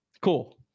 cool